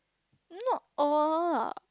not all lah